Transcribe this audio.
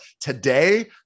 today